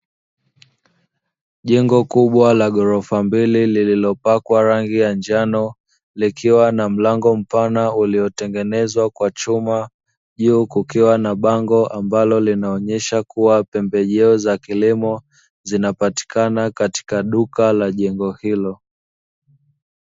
Jengo kubwa la gorofa mbili lililopakwa rangi ya njano likiwa na mlango mpana uliotengenezwa kwa chuma juu kukiwa na bango ambalo linaonyesha pembejeo za kilimo zinapatikana katika duka la jengo hilo.